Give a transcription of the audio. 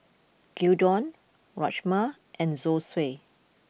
Gyudon Rajma and Zosui